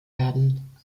werden